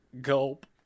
Gulp